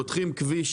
פותחים כביש